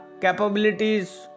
capabilities